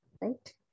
right